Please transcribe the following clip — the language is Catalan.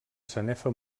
sanefa